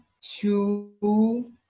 two